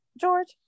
George